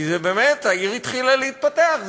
כי באמת העיר התחילה להתפתח,